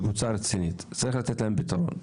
שהיא קבוצה רצינית, צריך לתת פתרון.